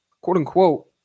quote-unquote